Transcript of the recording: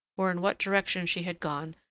or in what direction she had gone,